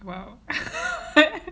well